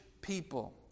people